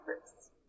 first